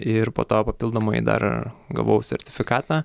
ir po to papildomai dar gavau sertifikatą